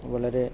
വളരെ